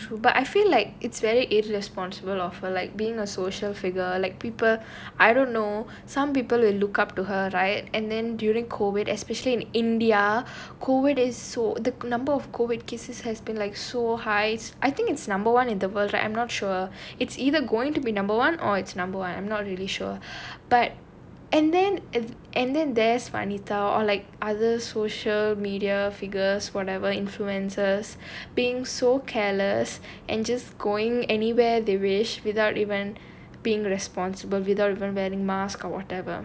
ya true true but I feel like it's very irresponsible of her like being a social figure like people I don't know some people will look up to her right and then during COVID especially in india COVID is so the number of COVID cases has been like so high I think it's number one in the world like I'm not sure it's either going to be number one or it's number one I'm not really sure but and then it and then there's vanita or like other social media figures whatever influences being so careless and just going anywhere they wish without even being responsible without even wearing mask or whatever